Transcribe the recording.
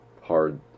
hard